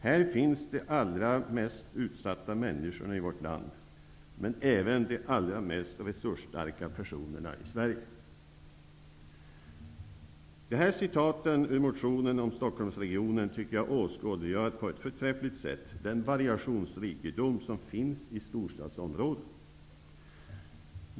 Här finns de allra mest utsatta människorna i vårt land, men även de allra mest resursstarka personerna i Sverige. Dessa rader ur motionen om Stockholmsregionen tycker jag på ett förträffligt sätt åskådliggör den variationsrikedom som finns i storstadsområdet.